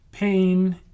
Pain